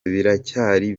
biracyari